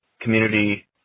community